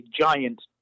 giant